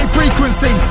frequency